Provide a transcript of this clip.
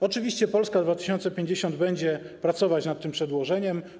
Oczywiście Polska 2050 będzie pracować nad tym przedłożeniem.